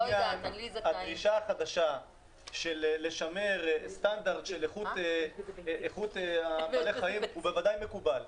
הדרישה החדשה לשמר סטנדרט של איכות בעלי חיים הוא בוודאי מקובל.